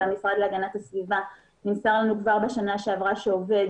ומהמשרד להגנת הסביבה נמסר לנו כבר בשנה שעברה שעובד